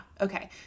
okay